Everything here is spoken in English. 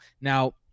Now